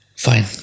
Fine